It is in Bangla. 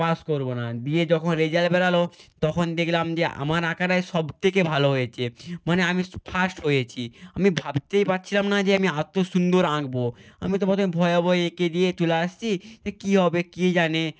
পাস করবো না দিয়ে যখন রেজাল্ট বেরালো তখন দেখলাম যে আমার আঁকাটাই সব থেকে ভালো হয়েছে মানে আমিস ফার্স্ট হয়েছি আমি ভাবতেই পারচিলাম না যে আমি আতো সুন্দর আঁকবো আমি তো পথমে ভয়ে ভয়ে এঁকে দিয়ে চলে আসচ্ছি যে কী হবে কে জানে